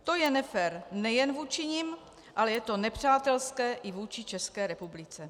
To je nefér nejen vůči nim, ale je to nepřátelské i vůči České republice.